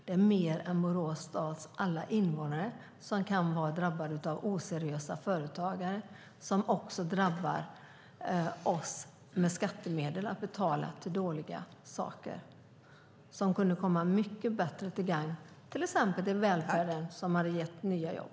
Det är fler än Borås stads alla invånare som kan vara utsatta för oseriösa företagare, vilket också gör att våra skattemedel går till dåliga saker. Dessa medel kunde komma mycket bättre till gagn för ökad välfärd hade skapat nya jobb.